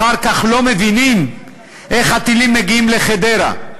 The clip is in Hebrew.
אחר כך לא מבינים איך הטילים מגיעים לחדרה.